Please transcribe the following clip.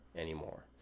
anymore